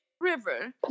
river